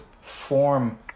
form